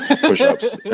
Push-ups